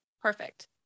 Perfect